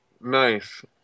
Nice